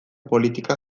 politikak